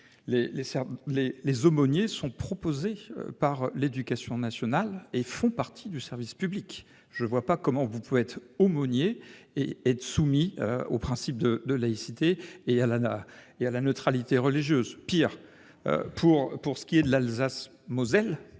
Les aumôniers sont proposés par l'éducation nationale et font partie du service public : je ne vois pas comment un aumônier peut être soumis au principe de laïcité et à la neutralité religieuse. Pour ce qui est de l'Alsace-Moselle,